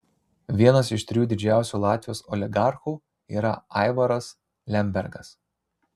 vienas iš trijų didžiausių latvijos oligarchų yra aivaras lembergas